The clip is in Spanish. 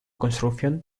construcción